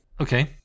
Okay